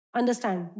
understand